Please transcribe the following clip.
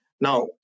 Now